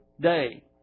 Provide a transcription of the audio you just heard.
day